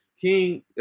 King